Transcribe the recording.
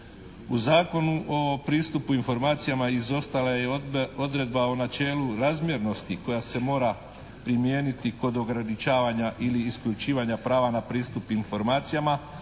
U Zakonu o pristupu informacijama izostala je i odredba o načelu razmjernosti koja se mora primijeniti kod ograničavanja ili isključivanja prava na pristup informacijama.